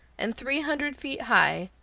and three hundred feet high,